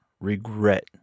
regret